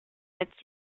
its